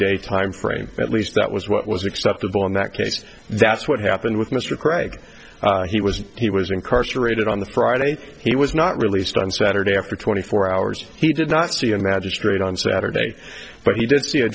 day timeframe at least that was what was acceptable in that case that's what happened with mr craig he was he was incarcerated on the friday he was not released on saturday after twenty four hours he did not see him magistrate on saturday but he did see a